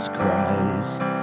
christ